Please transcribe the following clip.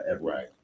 right